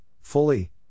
fully